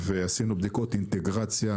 עשינו בדיקות אינטגרציה,